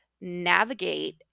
navigate